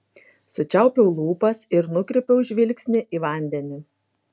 sučiaupiau lūpas ir nukreipiau žvilgsnį į vandenį